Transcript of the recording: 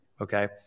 Okay